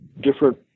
different